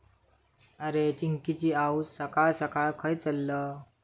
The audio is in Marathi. अरे, चिंकिची आऊस सकाळ सकाळ खंय चल्लं?